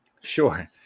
Sure